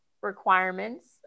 requirements